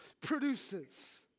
produces